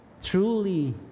truly